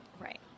right